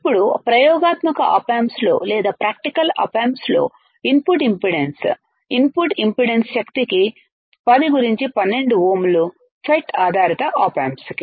ఇప్పుడు ప్రయోగాత్మక ఆప్ ఆంప్స్లో లేదా ప్రాక్టికల్ ఆప్ ఆంప్స్లో ఇన్పుట్ ఇంపిడెన్స్ ఇన్పుట్ ఇంపిడెన్స్ శక్తికి 10 గురించి 12 ఓంలు FET ఆధారిత ఆప్ ఆంప్స్కు